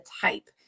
type